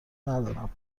ندارم